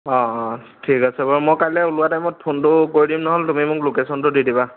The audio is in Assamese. অঁ অঁ ঠিক আছে বাৰু মই কাইলে ওলোৱা টাইমত ফোনটো কৰি দিম নহ'লে তুমি মোক লোকেচনটো দি দিবা